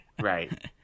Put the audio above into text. Right